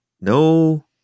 no